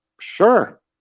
sure